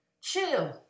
Chill